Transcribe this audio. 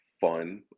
fun